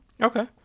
Okay